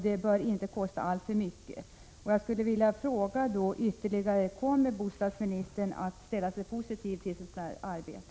Det bör inte kosta alltför mycket. Jag vill ställa ytterligare en fråga: Kommer bostadsministern att ställa sig positiv till ett sådant arbete?